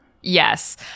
Yes